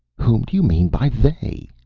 whom do you mean by they?